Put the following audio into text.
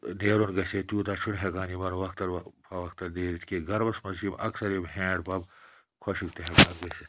نیرُن گژھہِ ہے تیٛوتاہ چھُنہٕ ہیٚکان یِمَن وَقتًا فَوقتًا نیٖرِتھ کیٚنٛہہ گَرمَس منٛز چھِ یِم اَکثر یِم ہینٛڈ پَمپ خۄشک تہِ ہیٚکان گٔژھِتھ